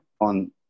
on